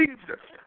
Jesus